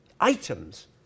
items